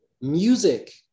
music